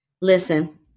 Listen